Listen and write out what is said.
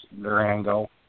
Durango